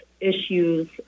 issues